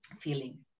feeling